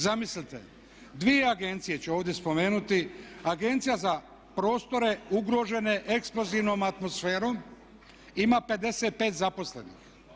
Zamislite, dvije agencije ću ovdje spomenuti, Agencija za prostore ugrožene eksplozivnom atmosferom, ima 55 zaposlenih.